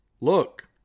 Look